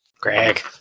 Greg